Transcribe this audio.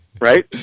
Right